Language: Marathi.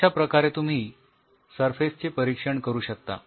अश्याप्रकारे तुम्ही सरफेसचे परीक्षण करू शकता